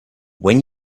when